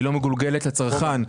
היא לא מגולגלת לצרכן,